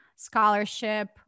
Scholarship